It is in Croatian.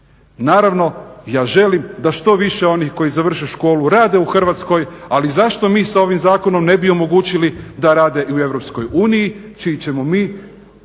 naravno ja želim da što više onih koji završe školu rade u Hrvatskoj ali zašto mi sa ovim zakonom ne bi omogućili da rade i u EU čiji ćemo mi